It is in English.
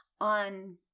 on